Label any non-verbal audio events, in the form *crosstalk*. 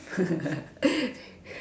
*laughs*